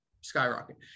skyrocket